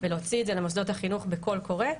ולהוציא את זה למוסדות החינוך בקול קורא.